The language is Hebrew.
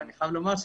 לא ידוע לי.